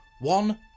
One